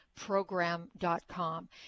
program.com